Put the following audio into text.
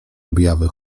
objawy